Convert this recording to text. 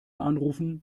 anrufen